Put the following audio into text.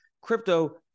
crypto